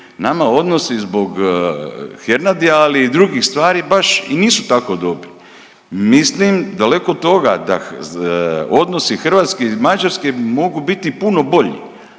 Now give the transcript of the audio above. nama odnosi zbog Hernadija ali i drugih stvari baš i nisu tako dobri. Mislim, daleko od toga da odnosi Hrvatske i Mađarske mogu biti puno bolji